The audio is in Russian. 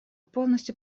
полностью